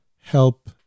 help